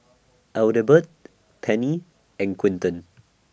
Adelbert Penny and Quinton